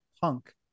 punk